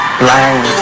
blind